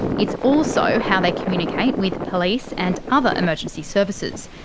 it's also how they communicate with police and other emergency services.